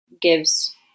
gives